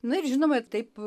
na ir žinoma ir taip